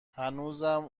هنوزم